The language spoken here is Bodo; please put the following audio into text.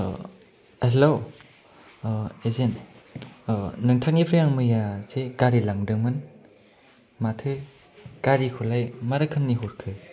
आह हेल' आह एजेन्ट नोंथांनिफ्राय आं मैया जे गारि लांदोंमोन माथो गारिखौलाय मा रोखोमनि हरखो